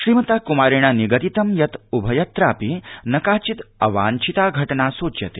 श्रीमता क्मारेण निगदितं यत् उभयत्रापि न काचिद् अवाञ्छिता घटना सूच्यते